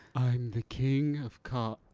i'm the king of cod.